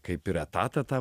kaip ir etatą tą